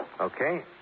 Okay